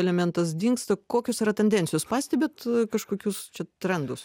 elementas dingsta kokios yra tendencijos pastebit kažkokius čia trendus